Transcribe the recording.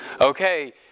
Okay